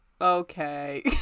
Okay